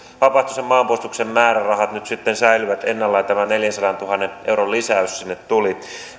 vapaaehtoisen maanpuolustuksen määrärahat nyt sitten säilyvät ennallaan ja tämä neljänsadantuhannen euron lisäys sinne tuli